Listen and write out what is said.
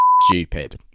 stupid